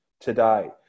today